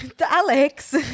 Alex